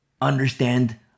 understand